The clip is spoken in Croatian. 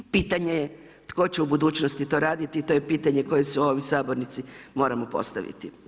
Pitanje je tko će u budućnosti to raditi i to je pitanje koje si u ovoj sabornici moramo postaviti.